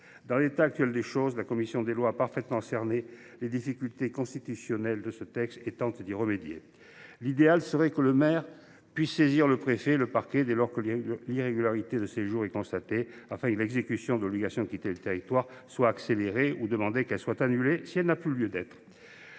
pour leurs administrés. La commission des lois a parfaitement cerné les difficultés constitutionnelles soulevées par ce texte et a tenté de les résoudre. L’idéal serait que le maire puisse saisir le préfet et le parquet dès lors que l’irrégularité du séjour est constatée, afin que l’exécution de l’obligation de quitter le territoire soit accélérée ou annulée si elle n’a plus lieu d’être.